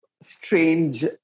strange